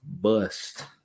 bust